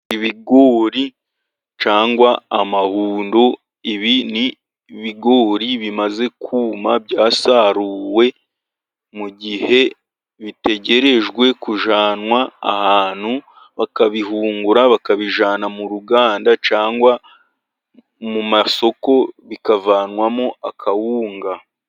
Ibiguri cyangwa amahundo, ibi nibigori bimaze kuma byasaruwe, mu gihe bitegerejwe kujyanwa ahantu, bakabihungura bakabijyana mu ruganda, cyangwa mu masoko, bikavanwamo akawunga.